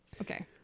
Okay